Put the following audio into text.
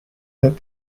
that